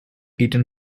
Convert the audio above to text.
eaten